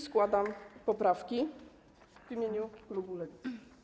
Składam poprawki w imieniu klubu Lewicy.